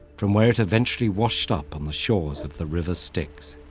from where it eventually washed up on the shores of the river styx.